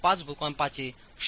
5 भूकंपाचेक्षेत्रII आहे